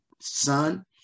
son